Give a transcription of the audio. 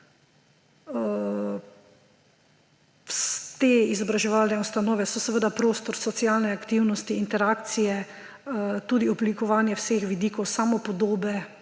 Te izobraževalne ustanove so prostor socialne aktivnosti, interakcije tudi oblikovanje vseh vidikov samopodobe,